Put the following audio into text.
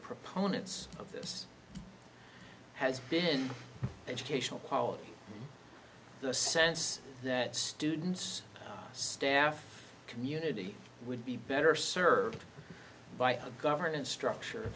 proponents of this has been educational quality the sense that students staff community would be better served by of governance structure